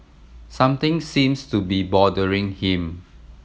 something seems to be bothering him